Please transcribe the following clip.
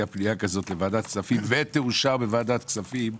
פנייה כזו לוועדת כספים ותאושר בוועדת כספים,